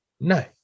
No